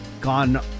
gone